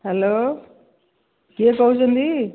hello କିଏ କହୁଛନ୍ତି